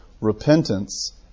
repentance